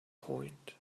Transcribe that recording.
point